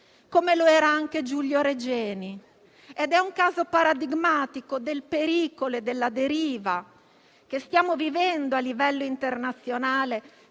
come lo era Giulio Regeni. Si tratta di un caso paradigmatico del pericolo e della deriva che stiamo vivendo a livello internazionale